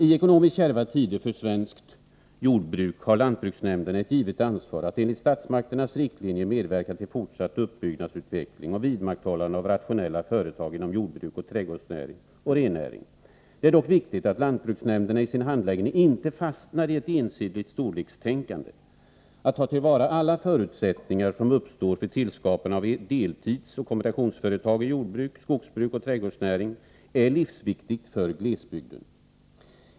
I för svenskt jordbruk ekonomiskt kärva tider har lantbruksnämnderna ett givet ansvar att, enligt statsmakternas riktlinjer, medverka till fortsatt uppbyggnadsutveckling och vidmakthållande av rationella företag inom jordbruk, trädgårdsnäring och rennäring. Det är dock viktigt att lantbruksnämnderna i sin handläggning inte fastnar i ett ensidigt storlekstänkande. Att ta till vara alla förutsättningar som uppstår för tillskapande av deltidsoch kombinationsföretag i jordbruket, skogsbruket och trädgårdsnäringen är livsviktigt för glesbygden.